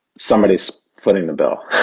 somebody is footing the bill